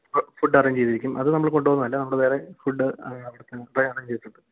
ആ food arrange ചെയ്തിരിക്കും അത് നമ്മൾ കൊണ്ട് വന്നതല്ല നമ്മൾ വേറെ ഫുഡ്ഡ് അവിടത്തെ വേറെ ചെയ്തിട്ടുണ്ട്